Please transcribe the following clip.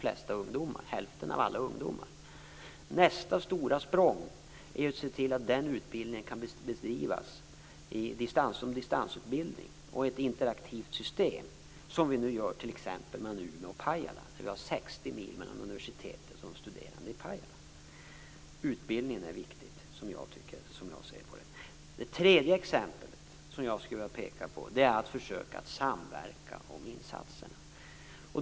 Det gäller hälften av alla ungdomar. Nästa stora språng är att se till att utbildningen kan ges som distansutbildning. Det skall vara ett interaktivt system som det som vi nu skapar mellan Umeå och Pajala. Det är 60 mil mellan universitetet och de studerande i Pajala. Jag tycker att utbildning är viktigt. Det tredje exempel som jag skulle vilja peka på gäller försöken att samverka om insatserna.